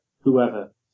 whoever